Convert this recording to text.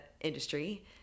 industry